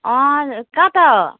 कता हो